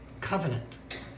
Covenant